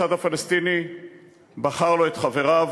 הצד הפלסטיני בחר לו את חבריו,